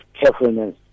carefulness